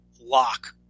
lock